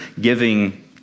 giving